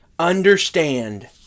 Understand